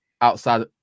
outside